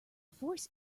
force